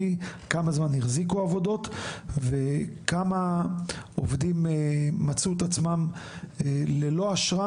כמה החזיקו עבודות וכמה עובדים מצאו את עצמם ללא אשרה